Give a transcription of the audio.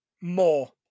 more